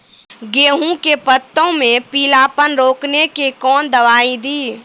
गेहूँ के पत्तों मे पीलापन रोकने के कौन दवाई दी?